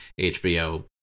HBO